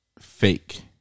fake